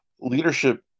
leadership